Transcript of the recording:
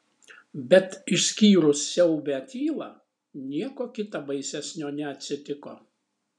bet išskyrus siaubią tylą nieko kita baisesnio neatsitiko